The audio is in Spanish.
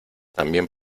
también